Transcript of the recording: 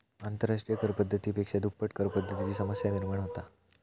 आंतरराष्ट्रिय कर पद्धती पेक्षा दुप्पट करपद्धतीची समस्या निर्माण होता